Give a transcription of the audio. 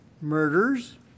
murders